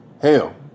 Hell